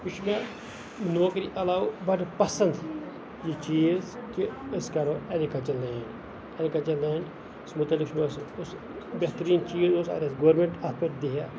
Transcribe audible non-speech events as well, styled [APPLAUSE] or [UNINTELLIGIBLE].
یہِ چھُ مےٚ نوکری عَلاوٕ بَڑٕ پَسَند یہِ چیٖز کہِ أسۍ کَرَو ایٚگرِکَلچَر لینڈ ایٚگرِکَلچَر لینڈ [UNINTELLIGIBLE] بہتریٖن چیٖز اوس اَگر اَسہ گورمینٹ اَتھ پیٚٹھ دی ہا